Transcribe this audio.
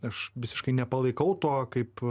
aš visiškai nepalaikau to kaip